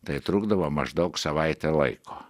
tai trukdavo maždaug savaitę laiko